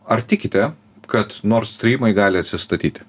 ar tikite kad nortstrymai gali atsistatyti